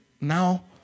now